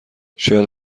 شاید